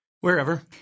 wherever